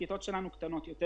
הכיתות שלנו קטנות יותר.